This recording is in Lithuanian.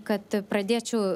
kad pradėčiau